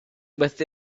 with